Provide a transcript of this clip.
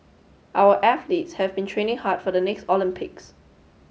our athletes have been training hard for the next Olympics